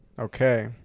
Okay